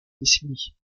décennie